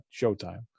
Showtime